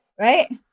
right